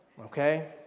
Okay